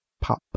Pop